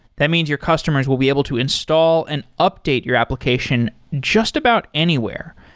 that means your customers will be able to install and update your application just about anywhere.